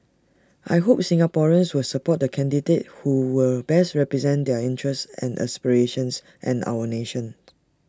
I hope Singaporeans will support the candidate who will best represent their interests and aspirations and our nation